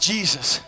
Jesus